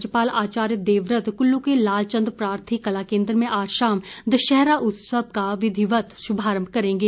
राज्यपाल आचार्य देवव्रत कुल्लू के लालचंद प्रार्थी कला केंद्र में आज शाम दशहरा उत्सव का विधिवत शुभारंभ करेंगे